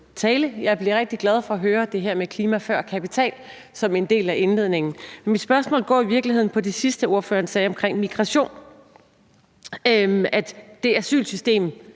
tale. Jeg blev rigtig glad for at høre det her med klima før kapital som en del af indledningen. Men mit spørgsmål går i virkeligheden på det sidste, ordføreren sagde omkring migration, altså at det asylsystem,